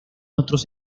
otros